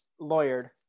lawyered